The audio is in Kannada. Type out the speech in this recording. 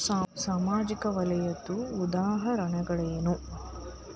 ಸಾಮಾಜಿಕ ವಲಯದ್ದು ಉದಾಹರಣೆಗಳೇನು?